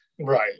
Right